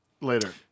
later